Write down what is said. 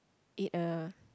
it a